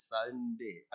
Sunday